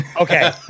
Okay